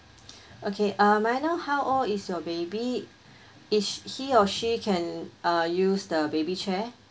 okay uh may I know how old is your baby is he or she can uh use the baby chair